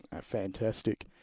Fantastic